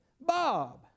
Bob